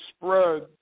spread